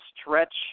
stretch